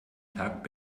tag